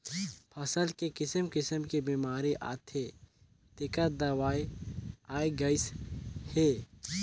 फसल मे किसिम किसिम के बेमारी आथे तेखर दवई आये गईस हे